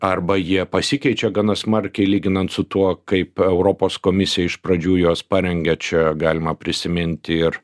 arba jie pasikeičia gana smarkiai lyginant su tuo kaip europos komisija iš pradžių juos parengia čia galima prisiminti ir